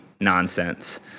nonsense